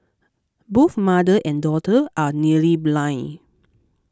both mother and daughter are nearly blind